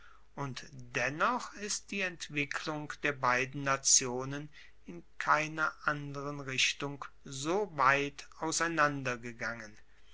und dennoch ist die entwicklung der beiden nationen in keiner anderen richtung so weit auseinandergegangen